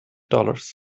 dollars